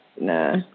Nah